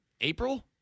April